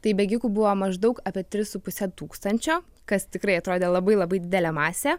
tai bėgikų buvo maždaug apie tris su puse tūkstančio kas tikrai atrodė labai labai didelė masė